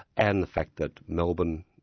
and the fact that melbourne,